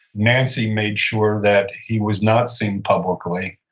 nancy made sure that he was not seen publicly.